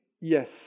yes